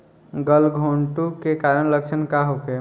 गलघोंटु के कारण लक्षण का होखे?